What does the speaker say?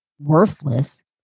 worthless